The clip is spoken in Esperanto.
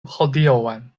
hodiaŭan